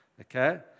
okay